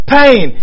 pain